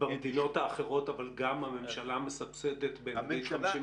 במדינות האחרות גם הממשלה מסבסדת ב-50%?